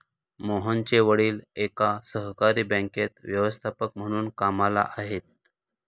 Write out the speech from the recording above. मोहनचे वडील एका सहकारी बँकेत व्यवस्थापक म्हणून कामला आहेत